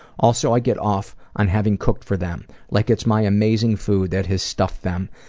also i get off on having cooked for them, like it's my amazing food that has stuffed them,